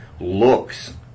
looks